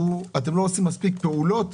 שאתם לא עושים מספיק פעולות